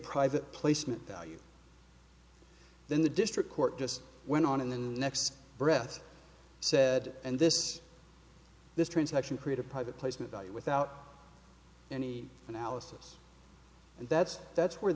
private placement value then the district court just went on in the next breath said and this this transaction create a private placement value without any analysis and that's that's where